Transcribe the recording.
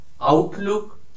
outlook